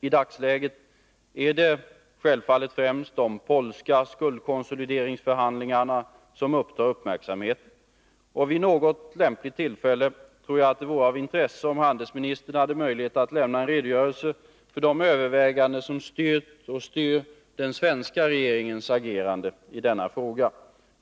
I dagsläget är det främst de polska skuldkonsolideringsförhandlingarna som upptar uppmärksamheten, och jag tror att det vore av intresse om handelsministern vid något lämpligt tillfälle hade möjlighet att lämna en redogörelse för de överväganden som styrt och styr den svenska regeringens agerande i denna fråga.